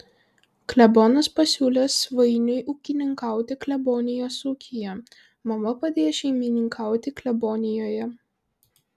klebonas pasiūlė svainiui ūkininkauti klebonijos ūkyje mama padėjo šeimininkauti klebonijoje